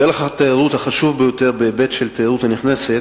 פלח התיירות החשוב ביותר בהיבט של התיירות הנכנסת